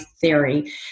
theory